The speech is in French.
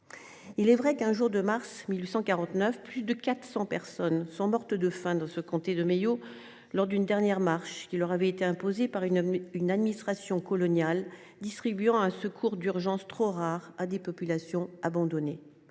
Il est vrai qu'un jour de mars 1849. Plus de 400 personnes sont mortes de faim dans ce comté de Mayo lors d'une dernière marche qui leur avait été imposé par une une administration coloniale distribuant un secours d'urgence trop rare à des populations abandonnées.